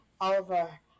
Oliver